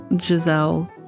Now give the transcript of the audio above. Giselle